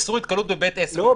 איסור התקהלות בבית עסק -- לא,